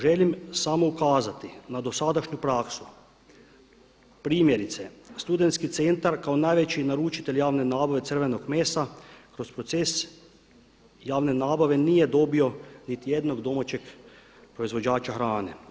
Želim samo ukazati na dosadašnju praksu, primjerice studentski centar kao najveći naručitelj javne nabave crvenog mesa kroz proces javne nabave nije dobio niti jednog domaćeg proizvođača hrane.